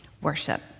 worship